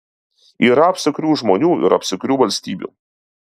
yra apsukrių žmonių ir apsukrių valstybių